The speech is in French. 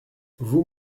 vous